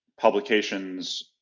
publications